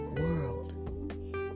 world